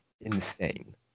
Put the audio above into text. insane